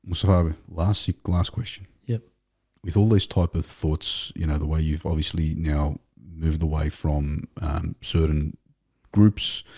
sorry last week last question. yeah with always type of thoughts, you know the way you've obviously now moved away from certain groups